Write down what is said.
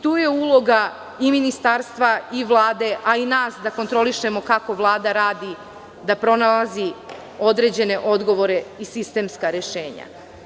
Tu je uloga i ministarstva i Vlade, a i nas da kontrolišemo kako Vlada radi, da pronalazi određene odgovore i sistemska rešenja.